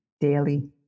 daily